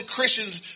Christians